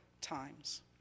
times